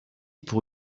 pour